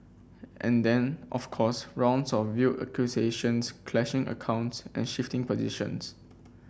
and then of course rounds of veiled accusations clashing accounts and shifting positions